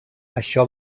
això